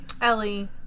Ellie